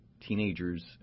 teenagers